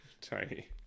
tiny